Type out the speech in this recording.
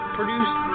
produced